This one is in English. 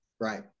Right